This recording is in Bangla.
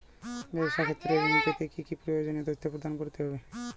ব্যাবসা ক্ষেত্রে ঋণ পেতে কি কি প্রয়োজনীয় তথ্য প্রদান করতে হবে?